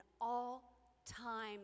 all-time